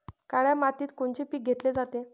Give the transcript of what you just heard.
काळ्या मातीत कोनचे पिकं घेतले जाते?